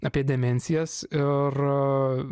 apie demencijas ir